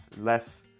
less